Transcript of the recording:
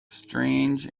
strange